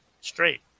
straight